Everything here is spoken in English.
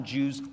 Jews